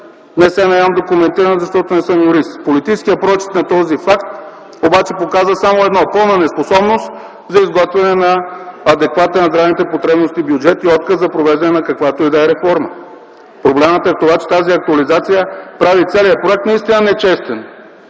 не се наемам да коментирам, защото не съм юрист. Политическият прочит на този факт обаче показва само едно – пълна неспособност за изготвяне на адекватен на здравните потребности бюджет и отказ за провеждане на каквато и да е реформа. Проблемът е в това, че тази актуализация прави целия проект наистина нечестен!